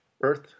earth